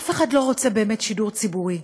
אף אחד לא רוצה באמת שידור ציבורי.